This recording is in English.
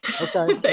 okay